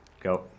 Go